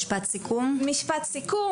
משפט סיכום,